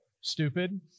stupid